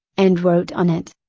and wrote on it.